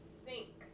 sink